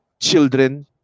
Children